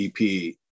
ep